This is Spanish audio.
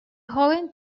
joven